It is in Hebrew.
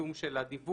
הפרסום של הדיווח,